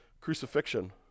crucifixion